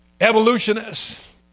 evolutionists